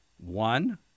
One